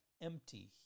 empty